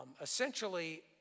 essentially